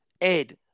Ed